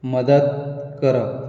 मदत करप